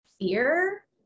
fear